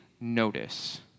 notice